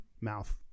mouth